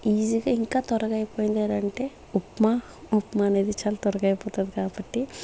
easy గా ఇంకా త్వరగా అయిపోయిందేదంటే ఉప్మా ఉప్మా అనేది చాలా త్వరగా అయిపోతుంది కాబట్టి